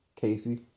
casey